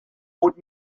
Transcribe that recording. would